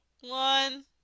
one